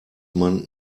man